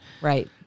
right